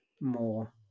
more